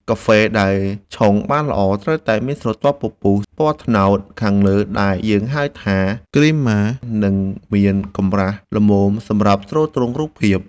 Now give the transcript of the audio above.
កាហ្វេដែលឆុងបានល្អត្រូវតែមានស្រទាប់ពពុះពណ៌ត្នោតខាងលើដែលយើងហៅថាគ្រីម៉ា និងមានកម្រាស់ល្មមសម្រាប់ទ្រទ្រង់រូបភាព។